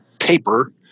paper